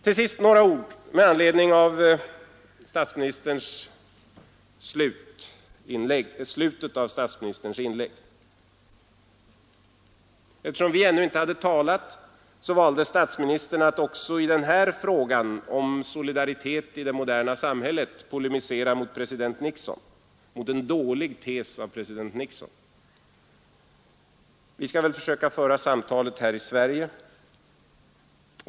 Till sist vill jag säga några ord med anledning av slutet på statsministerns inlägg. Eftersom vi andra ännu inte talat, valde statsministern att också i denna fråga, som gällde solidariteten i det moderna samhället, polemisera mot en dålig tes av president Nixon. Men vi skall väl försöka föra samtalet här i Sverige.